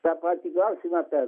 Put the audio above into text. tą patį klausimą ten